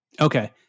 okay